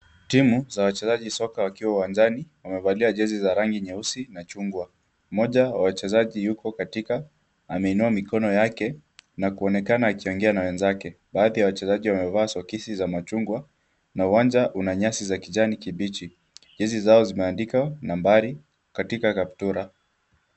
Timu za wachezaji soka wakiwa uwanjani wamevalia jersey za rangi nyeusi na chungwa, mmoja wa wachezaji yupo katika ameinua mikono yake na kuonekana akiongea na wenzake. Baadhi ya wachezaji wamevaa soksi za machungwa na uwanja una nyasi za kijani kibichi, jersey zao zimeandikwa nambari katika kaptura.